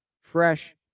fresh